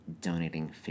donating